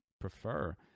prefer